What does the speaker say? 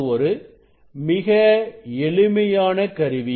இது ஒரு மிக எளிமையான கருவி